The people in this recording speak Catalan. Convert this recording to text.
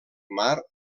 mar